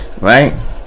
right